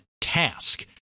task